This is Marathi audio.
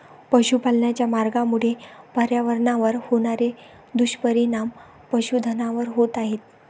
पशुपालनाच्या मार्गामुळे पर्यावरणावर होणारे दुष्परिणाम पशुधनावर होत आहेत